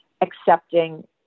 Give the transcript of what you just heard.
accepting